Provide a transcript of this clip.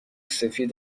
سفید